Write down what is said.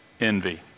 envy